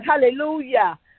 hallelujah